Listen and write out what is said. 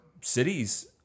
cities